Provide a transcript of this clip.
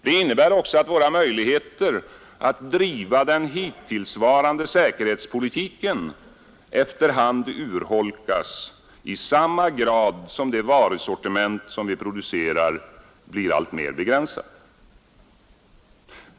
Det innebär också att våra möjligheter att driva den hittillsvarande säkerhetspolitiken efterhand urholkas i samma grad som det varusortiment som vi producerar blir alltmer begränsat.